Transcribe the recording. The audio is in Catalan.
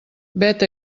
vet